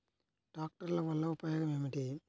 ట్రాక్టర్ల వల్ల ఉపయోగం ఏమిటీ?